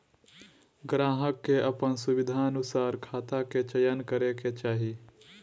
ग्राहक के अपन सुविधानुसार खाता के चयन करे के चाही